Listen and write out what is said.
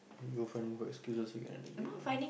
you finding for excuses again and again ah